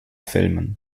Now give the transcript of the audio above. filmen